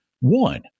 one